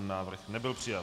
Návrh nebyl přijat.